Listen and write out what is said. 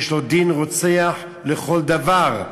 יש לו דין רוצח לכל דבר,